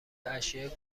اشیاء